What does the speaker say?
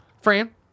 Fran